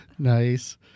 Nice